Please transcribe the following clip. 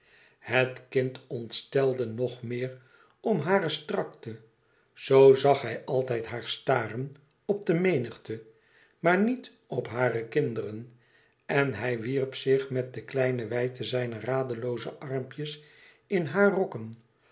het kind ontstelde nog meer om hare strakte zoo zag hij altijd haar staren op de menigte maar niet op hare kinderen en hij wierp zich met de kleine wijdte zijner radelooze armpjes in hare rokken